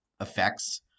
effects